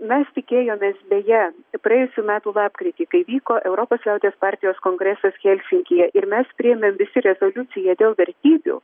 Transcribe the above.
mes tikėjomės beje praėjusių metų lapkritį kai vyko europos liaudies partijos kongresas helsinkyje ir mes priėmė visi rezoliucija dėl vertybių